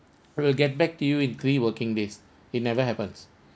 we will get back to you in three working days it never happens